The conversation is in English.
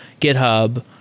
GitHub